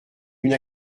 une